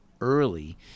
early